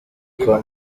kwa